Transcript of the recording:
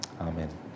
Amen